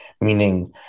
meaning